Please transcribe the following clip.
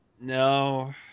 No